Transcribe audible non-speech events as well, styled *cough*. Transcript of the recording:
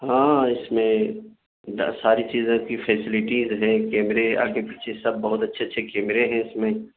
ہاں اس میں *unintelligible* ساری چیزیں اچھی فیسلٹیز ہیں کیمرے آگے پیچھے سب بہت اچھے اچھے کیمرے ہیں اس میں